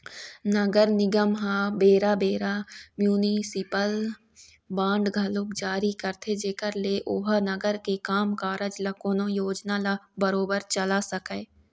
नगर निगम ह बेरा बेरा म्युनिसिपल बांड घलोक जारी करथे जेखर ले ओहा नगर के काम कारज ल कोनो योजना ल बरोबर चला सकय